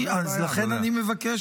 פעם אחר פעם, זו בעיה.